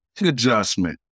adjustment